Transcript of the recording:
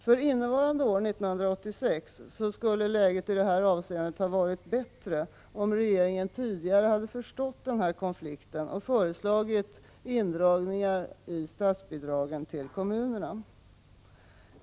För 1986 skulle läget i detta avseende ha varit bättre, om regeringen tidigare hade förstått denna konflikt och föreslagit indragningar i statsbidraget till kommunerna.